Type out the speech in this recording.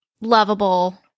lovable